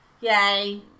Yay